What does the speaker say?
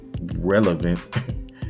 relevant